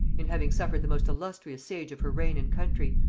in having suffered the most illustrious sage of her reign and country,